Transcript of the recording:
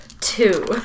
Two